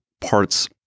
parts